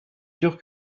sûr